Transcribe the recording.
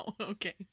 Okay